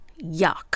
yuck